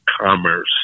commerce